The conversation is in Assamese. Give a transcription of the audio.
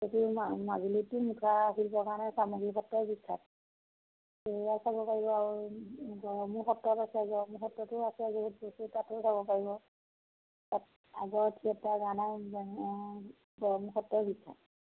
সেইটো মাজুলীততো মুখা শিল্পৰ কাৰণে চামগুৰি সত্ৰই বিখ্যাত সেইয়া চাব পাৰিব আৰু গড়মূৰ সত্ৰত আছে গড়মূৰ সত্ৰতো আছে বহুত বস্তু তাতো চাব পাৰিব তাত আগৰ গড়মূৰ সত্ৰই বিখ্যাত